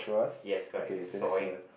yes correct he's sawing